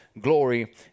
Glory